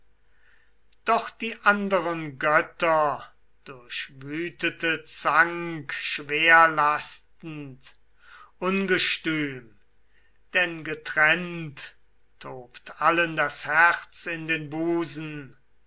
doch die anderen götter durchwütete zank schwerlastend ungestüm denn getrennt tobt allen das herz in den busen